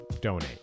donate